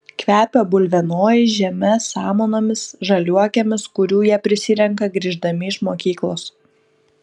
kvepia bulvienojais žeme samanomis žaliuokėmis kurių jie prisirenka grįždami iš mokyklos